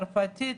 צרפתית,